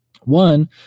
one